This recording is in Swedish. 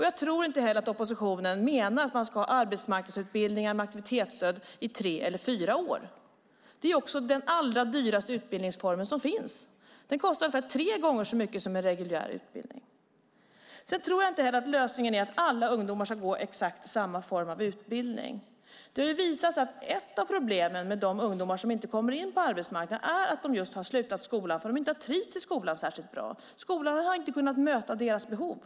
Jag tror inte heller att oppositionen menar att man ska ha arbetsmarknadsutbildningar med aktivitetsstöd i tre eller fyra år. Det är också den allra dyraste utbildningsformen som finns. Den kostar ungefär tre gånger så mycket som en reguljär utbildning. Jag tror inte heller att lösningen är att alla ungdomar ska gå exakt samma form av utbildning. Det har visat sig att ett av problemen med de ungdomar som inte kommer in på arbetsmarknaden är att de har slutat skolan därför att de inte har trivts särskilt bra i skolan. Skolan har inte kunnat möta deras behov.